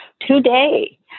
Today